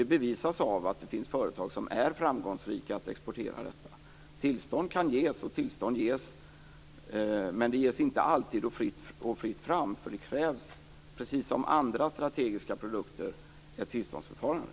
Det bevisas av att det finns företag som är framgångsrika att exportera detta. Tillstånd kan ges, och tillstånd ges. Men det ges inte alltid, och det är inte fritt fram. Det krävs, precis som när det gäller andra strategiska produkter, ett tillståndsförfarande.